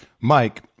Mike